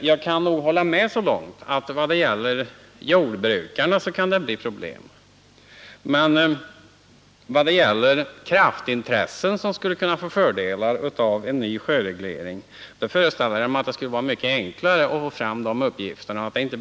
Jag kan hålla med om att det kan bli problem när det gäller jordbrukarna. Men beträffande de kraftintressen som skulle kunna få fördel av en ny sjöreglering föreställer jag mig att det skulle vara mycket enklare att få fram alla uppgifter.